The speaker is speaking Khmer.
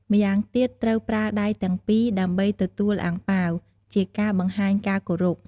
ម៉្យាងទៀតត្រូវប្រើដៃទាំងពីរដើម្បីទទួលអាំងប៉ាវ ជាការបង្ហាញការគោរព។